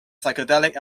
psychedelic